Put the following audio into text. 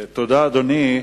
תודה, אדוני.